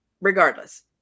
regardless